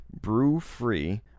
Brew-Free